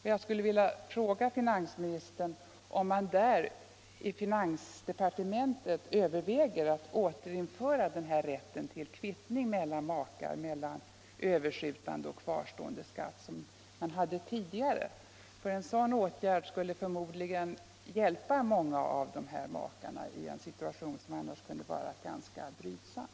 Jag skulle vilja fråga finansministern om man i finansdepartementet överväger att återinföra rätten till kvittning mellan makar av överskjutande och kvarstående skatt på det sätt som förekom tidigare. En sådan åtgärd skulle förmodligen hjälpa många av de här makarna i en situation som annars kunde vara ganska brydsam.